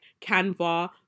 Canva